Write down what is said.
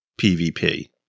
PVP